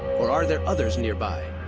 or are there others nearby?